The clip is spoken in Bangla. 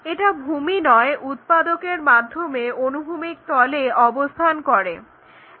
এটা ভূমি নয় উৎপাদকের মাধ্যমে অনুভূমিক তলে অবস্থান করছে